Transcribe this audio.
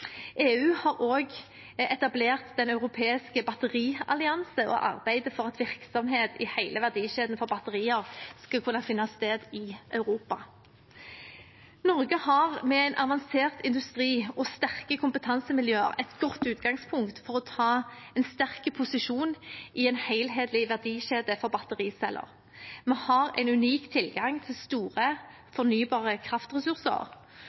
EU har også etablert den europeiske batterialliansen og arbeider for at virksomheter i hele verdikjeden for batterier skal kunne finne sted i Europa. Norge har, med en avansert industri og sterke kompetansemiljøer, et godt utgangspunkt for å ta en sterk posisjon i en helhetlig verdikjede for battericeller. Vi har en unik tilgang til store, fornybare kraftressurser,